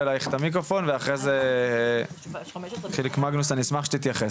בבקשה ואחרי זה חיליק מגנוס אני אשמח שתתייחס,